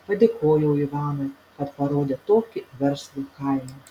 padėkojau ivanui kad parodė tokį verslų kaimą